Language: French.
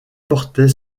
portait